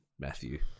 Matthew